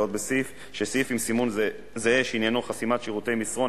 בעוד סעיף עם סימון זהה שעניינו חסימת שירותי מסרון,